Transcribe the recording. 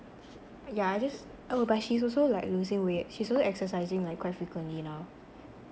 yeah I just oh but she's also like losing weight she's only exercising like frequently now